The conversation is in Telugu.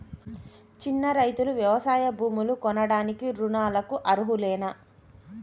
చిన్న రైతులు వ్యవసాయ భూములు కొనడానికి రుణాలకు అర్హులేనా?